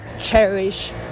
cherish